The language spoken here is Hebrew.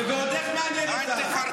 זה ועוד איך מעניין אותם.